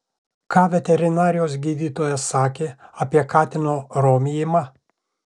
ką veterinarijos gydytojas sakė apie katino romijimą